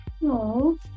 No